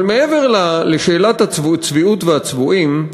אבל מעבר לשאלת הצביעות והצבועים,